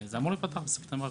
זה אמור להיפתח בספטמבר הקרוב.